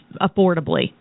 affordably